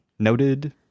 noted